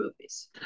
movies